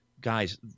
Guys